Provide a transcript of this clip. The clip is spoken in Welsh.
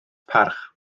parch